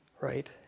right